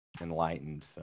enlightened